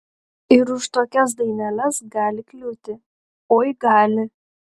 ir už tokias daineles gali kliūti oi gali